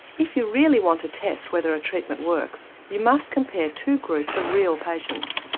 if you really want to test whether a treatment works you must compare two groups of real patients.